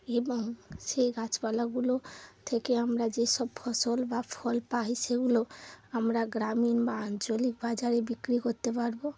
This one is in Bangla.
এবং সেই গাছপালাগুলো থেকে আমরা যেসব ফসল বা ফল পাই সেগুলো আমরা গ্রামীণ বা আঞ্চলিক বাজারে বিক্রি করতে পারবো